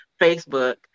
Facebook